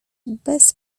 bez